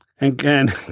again